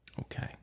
Okay